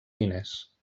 diners